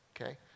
okay